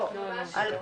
לא ממש לא,